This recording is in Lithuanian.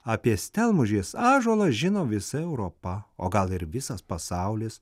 apie stelmužės ąžuolą žino visa europa o gal ir visas pasaulis